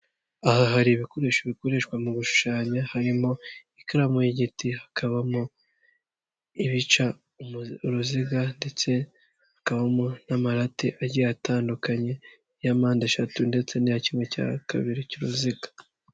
Aha hari ibikoresho bikoreshwa mu gushushanya harimo ikaramu y'igiti, hakabamo ibica uruziga ndetse hakabamo n'amarate agiye atandukanye iya mpande eshatu ndetse n'iya kimwe cya kabiri cy'uruziga.